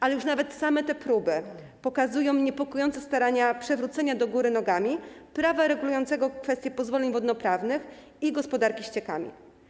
Ale już nawet same te próby pokazują niepokojące starania przewrócenia do góry nogami prawa regulującego kwestie pozwoleń wodno-prawnych i gospodarki ściekami.